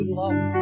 love